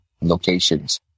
locations